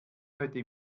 heute